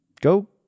go